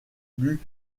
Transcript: plus